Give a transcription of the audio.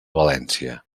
valència